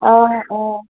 অঁ অঁ